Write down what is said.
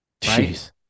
Jeez